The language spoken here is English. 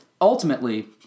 ultimately